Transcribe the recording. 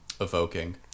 evoking